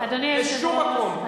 בשום מקום.